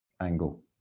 angle